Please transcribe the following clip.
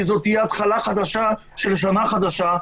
כי זאת תהיה התחלה חדשה של שנה חדשה,